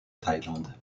thaïlande